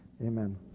Amen